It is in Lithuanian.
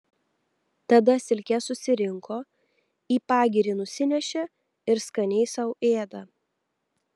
tada silkes susirinko į pagirį nusinešė ir skaniai sau ėda